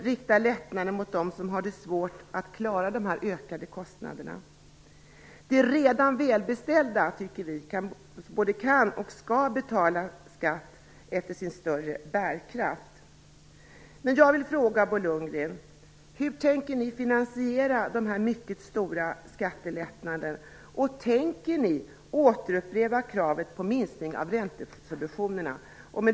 Men jag vill fråga Bo Lundgren: Hur tänker ni finansiera de här mycket stora skattelättnaderna? Tänker ni återupprepa kravet på minskning av räntesubventionerna?